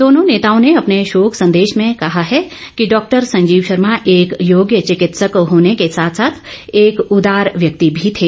दोनों नेताओं ने अपने शोक संदेश में कहा है कि डॉक्टर संजीव शर्मा एक योग्य चिकित्सक होने के साथ साथ एक उदार व्यक्ति भी थे